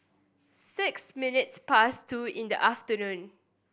six minutes past two in the afternoon